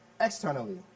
externally